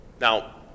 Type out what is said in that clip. Now